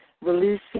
releasing